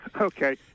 Okay